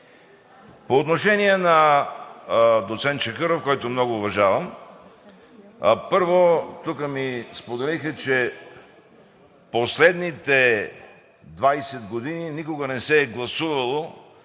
По отношение на доцент Чакъров, който много уважавам. Първо, тук ми споделиха, че последните 20 години никога не са се гласували